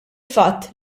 fatt